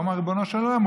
והוא אמר: ריבונו של עולם.